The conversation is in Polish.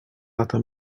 lata